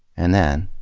and then,